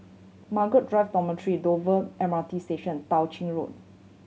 Margaret Drive Dormitory Dover M R T Station Tao Ching Road